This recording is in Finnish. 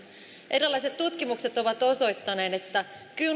erilaiset tutkimukset ovat osoittaneet että